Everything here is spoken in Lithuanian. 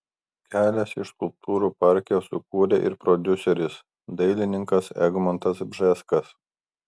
kelias iš skulptūrų parke sukūrė ir prodiuseris dailininkas egmontas bžeskas